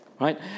right